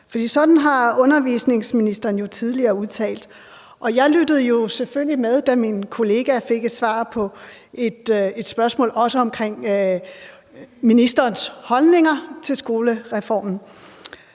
sådan har undervisningsministeren jo tidligere udtalt. Jeg lyttede selvfølgelig med, da min kollega fik svar på sit spørgsmål, også om ministerens holdning til skolereformen,